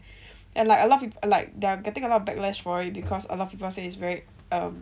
and like a lot of people err like they're getting a lot of backlash for it because a lot of people say it's very um